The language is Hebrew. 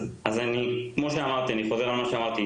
אני חוזר על מה שאמרתי.